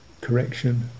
correction